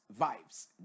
vibes